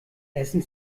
essen